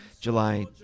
July